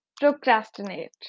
Procrastinate